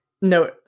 No